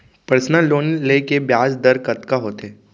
Personal loan ले के ब्याज दर कतका होथे?